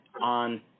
on